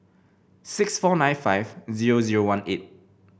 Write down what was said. six four nine five zero zero one eight